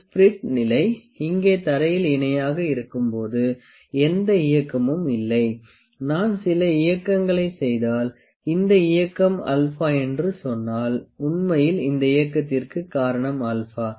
ஒரு ஸ்பிரிட் நிலை இங்கே தரையில் இணையாக இருக்கும்போது எந்த இயக்கமும் இல்லை நான் சில இயக்கங்களைச் செய்தால் இந்த இயக்கம் α என்று சொன்னால் உண்மையில் இந்த இயக்கத்திற்கு காரணம் α